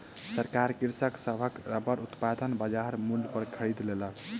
सरकार कृषक सभक रबड़ उत्पादन बजार मूल्य पर खरीद लेलक